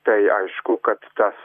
tai aišku kad tas